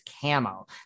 camo